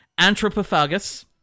Anthropophagus